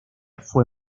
fue